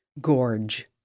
Gorge